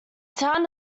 town